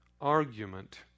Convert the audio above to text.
argument